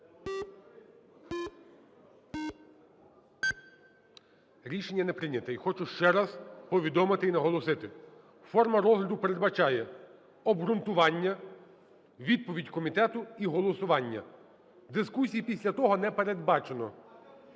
Рішення не прийнято. І хочу ще раз повідомити і наголосити, форма розгляду передбачає обґрунтування, відповідь комітету і голосування, дискусії після того не передбачено,